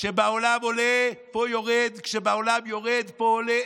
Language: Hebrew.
כשבעולם עולה, פה יורד, כשבעולם יורד, פה עולה.